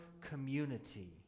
community